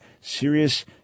Serious